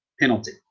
penalty